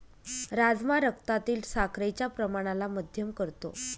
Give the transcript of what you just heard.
राजमा रक्तातील साखरेच्या प्रमाणाला मध्यम करतो